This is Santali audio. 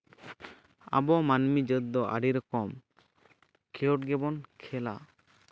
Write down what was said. ᱟᱵᱚ ᱢᱟᱹᱱᱢᱤ ᱡᱟᱹᱛ ᱫᱚ ᱟᱹᱰᱤ ᱨᱚᱠᱚᱢ ᱠᱷᱮᱞᱳᱰ ᱜᱮᱵᱚᱱ ᱠᱷᱮᱞᱟ